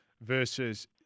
versus